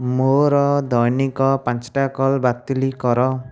ମୋର ଦୈନିକ ପାଞ୍ଚଟା କଲ୍ ବାତିଲ କର